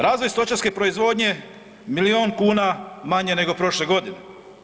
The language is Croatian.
Razvoj stočarske proizvodnje, milijun kuna manje nego prošle godine.